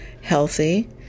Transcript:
healthy